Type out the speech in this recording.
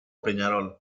peñarol